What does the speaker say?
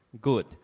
Good